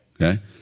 okay